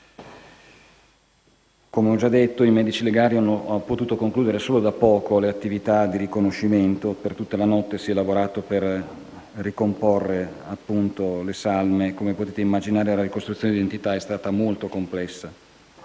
Come ho già detto, i medici legali hanno potuto concludere solo da poco le attività di riconoscimento delle vittime: per tutta la notte si è lavorato per ricomporre le salme e, come potete immaginare, la ricostruzione delle identità è stata molto complessa.